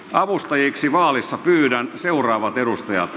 nyt seuraa ensimmäisen varapuhemiehen vaali